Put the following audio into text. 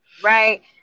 Right